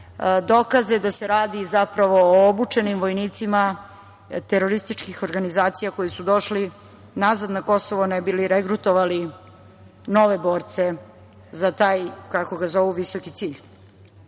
dokaze da se radi zapravo o obučenim vojnicima terorističkim organizacija koji su došli nazad na Kosovo ne bi li regrutovali nove borce za taj, kako ga zovu, visoki cilj.I